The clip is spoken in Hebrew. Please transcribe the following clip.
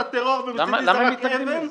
טרור ומצידי זרק אבן --- למה מתנגדים לזה?